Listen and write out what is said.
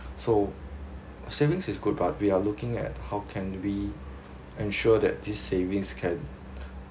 so saving is good but we are looking at how can we ensure that these savings can